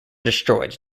destroyed